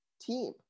team